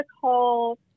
call